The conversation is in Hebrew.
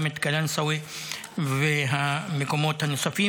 גם את קלנסווה והמקומות הנוספים.